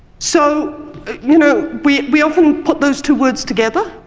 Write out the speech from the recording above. so you know we we often put those two words together,